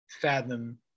fathom